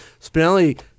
Spinelli